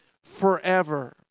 Forever